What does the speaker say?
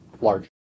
large